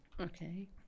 okay